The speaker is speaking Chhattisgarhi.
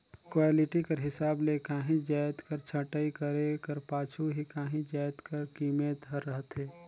क्वालिटी कर हिसाब ले काहींच जाएत कर छंटई करे कर पाछू ही काहीं जाएत कर कीमेत हर रहथे